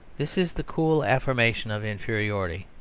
this is the cool affirmation of inferiority,